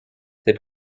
c’est